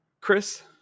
Chris